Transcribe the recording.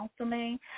counseling